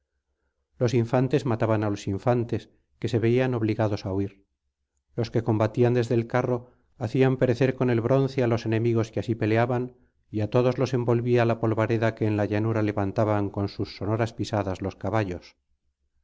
los infantes mataban á los infantes que se veían obligados á huir los que combatían desde el carro hacían perecer con el bronce á los enemigos que así peleaban y á todos los envolvía la polvareda que en la llanura levantaban con sus sonoras pisadas los caballos